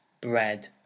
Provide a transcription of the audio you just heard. bread